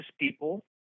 people